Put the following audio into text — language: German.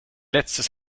letztes